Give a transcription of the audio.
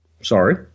sorry